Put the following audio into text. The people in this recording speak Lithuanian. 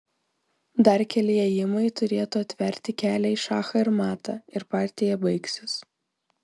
dar keli ėjimai turėtų atverti kelią į šachą ir matą ir partija baigsis